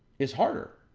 is harder.